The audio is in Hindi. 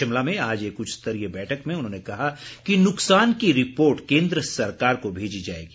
शिमला में आज एक उच्च स्तरीय बैठक में उन्होंने कहा कि नुकसान की रिपोर्ट केन्द्र सरकार को भेजी जाएगी